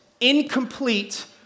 incomplete